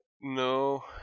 No